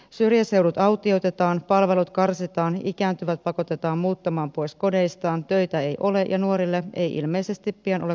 syrjäseudut autioitetaan palvelut karsitaan ikääntyvät pakotetaan muuttamaan pois kodeistaan töitä ei ole ja nuorille ei ilmeisesti pianolla